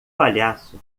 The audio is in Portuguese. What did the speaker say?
palhaço